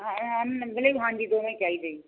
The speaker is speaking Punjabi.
ਹਾਂਜੀ ਦੋਵੇਂ ਚਾਹੀਦੇ ਜੀ